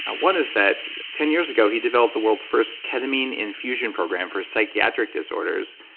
ah one is that ten years ago, he developed the world's first ketamine infusion program for psychiatric disorders,